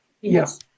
Yes